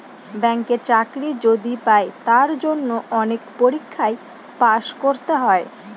ব্যাঙ্কের চাকরি যদি পাই তার জন্য অনেক পরীক্ষায় পাস করতে হয়